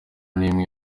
n’imwe